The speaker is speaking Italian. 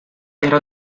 era